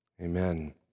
amen